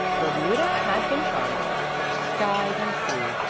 bermuda had been charming, such skies and seas.